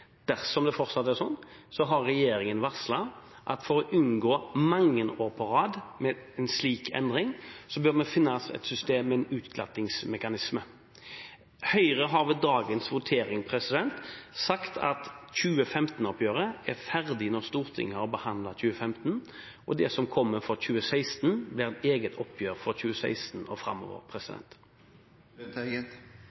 Dersom det blir sånn – når vi vet prisstigningen for 2015, det vet vi ved starten av 2016 – har regjeringen varslet at for å unngå mange år på rad med en slik endring, bør man finne et system med en utglattingsmekanisme. Til dagens votering har Høyre sagt at 2015-oppgjøret er ferdig når Stortinget har behandlet året 2015, og det blir et eget oppgjør for det som kommer for 2016 og